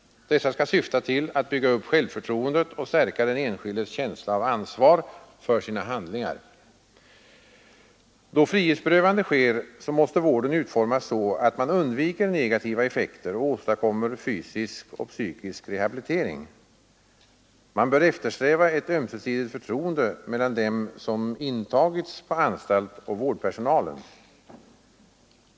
Dessa skall syfta till att bygga upp självförtroendet och stärka den enskildes känsla av ansvar för sina handlingar. Då frihetsberövande sker måste vården utformas så att man undviker negativa effekter och åstadkommer fysisk och psykisk rehabilitering. Man bör eftersträva ett ömsesidigt förtroende mellan dem som intagits på anstalt och vårdpersonalen.